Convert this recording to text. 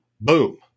Boom